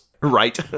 right